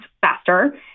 faster